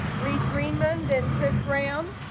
reid greenman than chris brown